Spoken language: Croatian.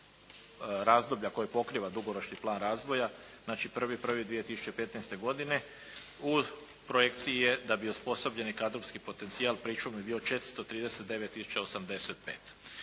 razdoblja koje pokriva dugoročni plan razvoja, znači 1.1.2015. godine u projekciji je da bi osposobljeni kadrovski potencijal pričuvni bio 439